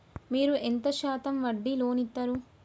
మీరు ఎంత శాతం వడ్డీ లోన్ ఇత్తరు?